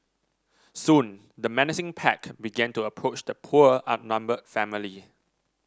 soon the menacing pack began to approach the poor outnumbered family